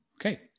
Okay